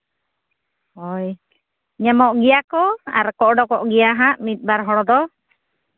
ᱦᱳᱭ ᱧᱟᱢᱚᱜ ᱜᱮᱭᱟ ᱠᱚ ᱟᱨ ᱠᱚ ᱩᱰᱩᱠᱚᱜ ᱜᱮᱭᱟ ᱦᱟᱸᱜ ᱢᱤᱫ ᱵᱟᱨ ᱦᱚᱲ ᱫᱚ